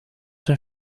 zijn